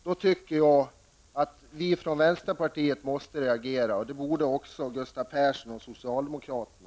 Då tycker jag att vi från vänsterpartiet måste reagera, och det borde också Gustav Persson och socialdemokraterna.